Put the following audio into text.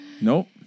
Nope